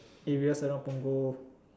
areas around Punggol